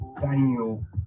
Daniel